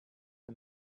the